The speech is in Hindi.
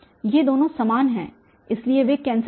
ये दोनों समान हैं इसलिए वे कैंसिल कर देते हैं